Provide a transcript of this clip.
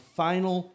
final